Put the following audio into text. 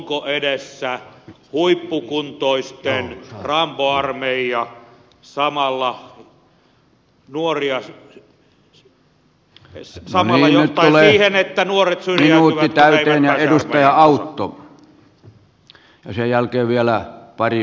onko edessä huippukuntoisten rambo armeija samalla johtaen siihen että nuoret syrjäytyvät kun eivät pääse armeijaan